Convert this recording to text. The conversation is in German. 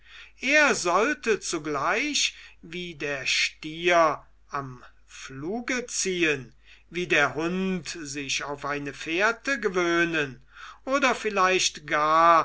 er sollte zugleich wie der stier am pfluge ziehen wie der hund sich auf eine fährte gewöhnen oder vielleicht gar